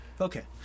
okay